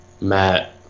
Matt